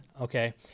Okay